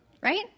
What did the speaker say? right